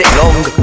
long